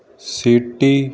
city